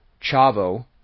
Chavo